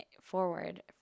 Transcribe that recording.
forward